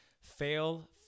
fail